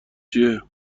چیه